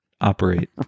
operate